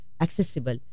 accessible